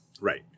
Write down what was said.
Right